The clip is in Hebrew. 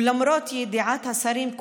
ולמרות ידיעת השרים,